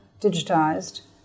digitized